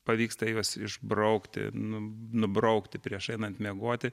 pavyksta juos išbraukti nubraukti prieš einant miegoti